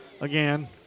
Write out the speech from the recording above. again